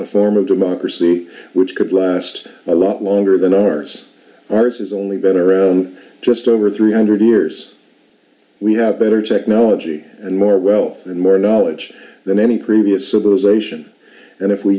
a form of democracy which could last a lot longer than ours ours has only been around just over three hundred years we have better technology and more wealth and more knowledge than any previous civilization and if we